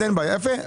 יפה.